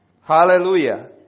Hallelujah